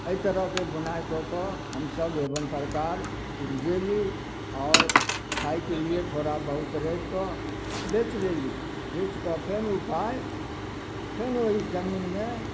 अएहि तरहके बुनाइ कऽ कऽ हमसब एवम प्रकार ऊपजेली आओर खाइके लिए थोड़ा बहुत राखिके बेच लेली बेच कऽ फेर ओ पाइ फेर ओहि जमीनमे